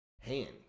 hand